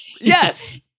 Yes